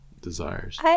desires